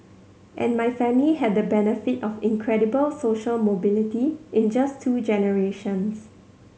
and my family had the benefit of incredible social mobility in just two generations